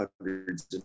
hundreds